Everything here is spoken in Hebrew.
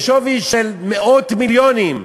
בשווי של מאות מיליונים,